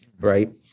right